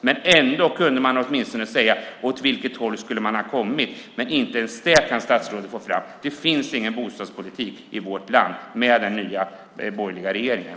Man kunde åtminstone säga åt vilket håll man vill gå, men inte ens det kan statsrådet få fram. Det finns ingen bostadspolitik i vårt land med den nya, borgerliga regeringen.